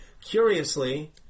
curiously